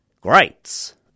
Greats